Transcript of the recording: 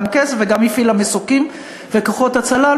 גם כסף וגם הפעילה מסוקים וכוחות הצלה על